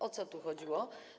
O co tu chodziło?